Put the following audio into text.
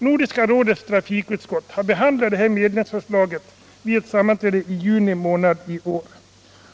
Nordiska rådets trafikutskott behandlade detta medlemsförslag vid ett sammanträde i juni månad i år.